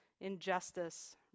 injustice